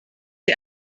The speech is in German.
der